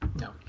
No